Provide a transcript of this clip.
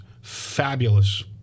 fabulous